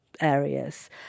areas